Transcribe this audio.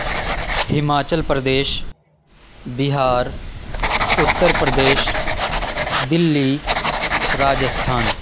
Himachal Pradesh Bihar Uttar Pradesh Delhi Rajasthan